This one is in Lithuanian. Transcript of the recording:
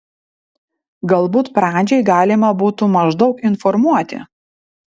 galbūt pradžiai galima būtų maždaug informuoti